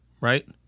right